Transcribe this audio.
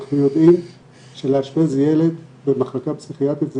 אנחנו יודעים שלאשפז ילד במחלקה פסיכיאטרית זה